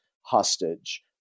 hostage